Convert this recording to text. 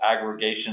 aggregation